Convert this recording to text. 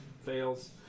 Fails